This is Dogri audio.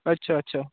अच्छा अच्छा